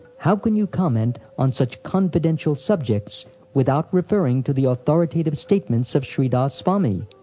how can you comment on such confidential subjects without referring to the authoritative statements of shridhar swami?